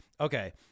Okay